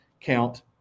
count